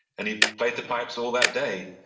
and he played the pipes all that day.